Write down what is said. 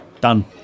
Done